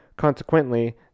Consequently